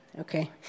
Okay